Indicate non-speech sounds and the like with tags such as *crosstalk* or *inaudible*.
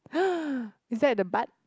*noise* is that the butt